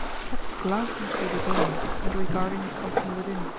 kept glancing through the door, and regarding the company within.